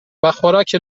خوراک